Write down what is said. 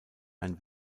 ein